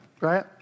Right